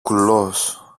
κουλός